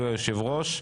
יושב ראש הוועדה,